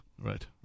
Right